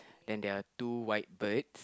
then there are two white birds